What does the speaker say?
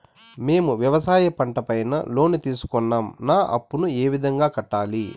మేము వ్యవసాయ పంట పైన లోను తీసుకున్నాం నా అప్పును ఏ విధంగా కట్టాలి